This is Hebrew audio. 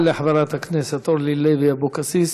תודה לחברת הכנסת אורלי לוי אבקסיס.